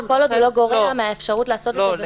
כל עוד זה לא גורע מהאפשרות לעשות את זה במקומות --- לא,